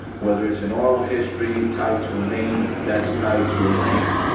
whether it's an oral history tied to a name that's tied to a land,